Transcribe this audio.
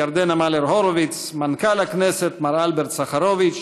כבוד נשיא המדינה מר ראובן רובי ריבלין,